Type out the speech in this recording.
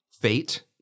Fate